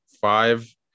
five